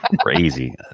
crazy